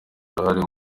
uruhare